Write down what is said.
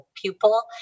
pupil